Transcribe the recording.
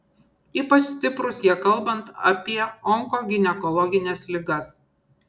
ypač stiprūs jie kalbant apie onkoginekologines ligas